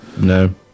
No